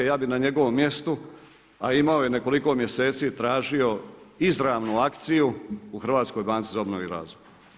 Ja bih na njegovom mjestu, a imao je nekoliko mjeseci tražio izravnu akciju u Hrvatskoj banci za obnovu i razvoj.